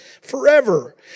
forever